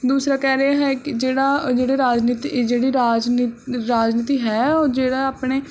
ਦੂਸਰਾ ਕਹਿ ਰਹੇ ਹੈ ਕਿ ਜਿਹੜਾ ਜਿਹੜੇ ਰਾਜਨੀਤਿਕ ਜਿਹੜੀ ਰਾਜਨੀਤ ਰਾਜਨੀਤੀ ਹੈ ਉਹ ਜਿਹੜਾ ਆਪਣੇ